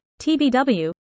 tbw